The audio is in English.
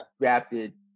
drafted